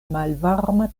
malvarma